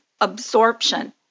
absorption